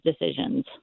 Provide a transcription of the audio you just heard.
decisions